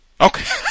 Okay